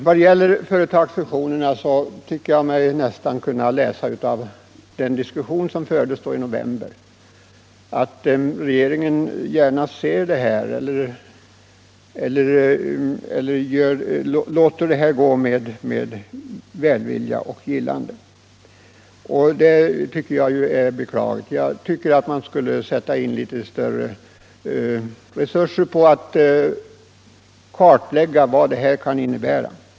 I vad gäller företagsfusionerna tycker jag mig nästan kunna utläsa av den diskussion som fördes i november att regeringen med välvilja och gillande låter detta gå. Det finner jag beklagligt — jag anser att man borde sätta in litet mera resurser för att kartlägga vad det här kan innebära.